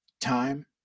time